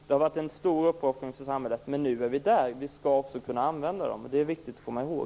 Det har varit en stor uppoffring för samhället, men nu är vi där. Vi skall också kunna använda dem. Det är viktigt att komma ihåg.